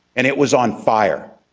and it was on. beier.